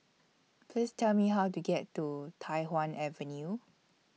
Please Tell Me How to get to Tai Hwan Avenue